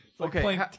Okay